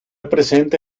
presente